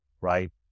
Right